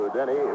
Denny